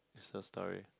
Insta story